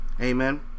amen